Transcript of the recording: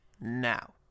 Now